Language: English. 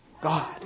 God